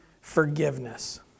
forgiveness